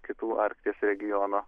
kitų arkties regiono